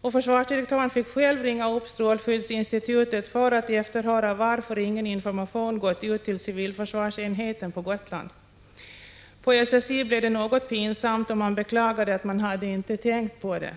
Och försvarsdirektören fick själv ringa upp strålskyddsinstitutet för att efterhöra varför ingen information gått ut till civilförsvarsenheten på Gotland. För SSI blev det något pinsamt, och man beklagade att man inte hade tänkt på det!